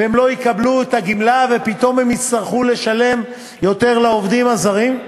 והם לא יקבלו את הגמלה ופתאום הם יצטרכו לשלם יותר לעובדים הזרים?